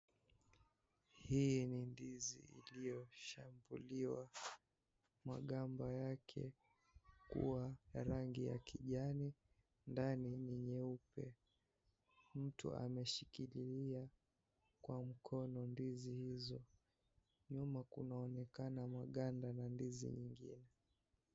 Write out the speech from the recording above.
Hii ni ndizi iliyoshambuliwa magamba yake kuwa ya rangi ya kijani ndani ni nyeupe, mtu ameshikilia kwa mkono ndizi hizo, nyuma kunaonekana maganda na ndizi nyingine.